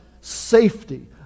safety